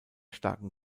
starken